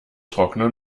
trockner